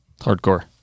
hardcore